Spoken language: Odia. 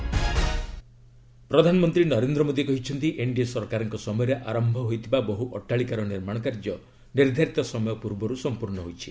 ପିଏମ୍ ପ୍ରଧାନମନ୍ତ୍ରୀ ନରେନ୍ଦ୍ର ମୋଦି କହିଛନ୍ତି ଏନ୍ଡିଏ ସରକାରଙ୍କ ସମୟରେ ଆରମ୍ଭ ହୋଇଥିବା ବହ୍ର ଅଟ୍ଟାଳିକାର ନିର୍ମାଣ କାର୍ଯ୍ୟ ନିର୍ଦ୍ଧାରିତ ସମୟ ପୂର୍ବରୁ ସମ୍ପର୍ଶ୍ଣ ହୋଇଛି